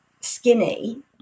skinny